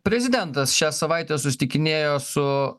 prezidentas šią savaitę susitikinėjo su